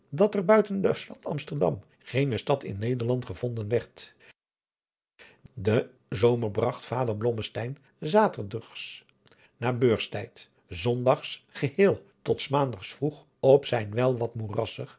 dat er buiten de stad amsterdam geene stad in nederland gevonden werd den zomer bragt vader blommesteyn zaturdags na beurstijd zondags geheel tot s maandag vroeg op zijn wel wat moerassig